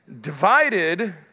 divided